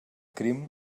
crim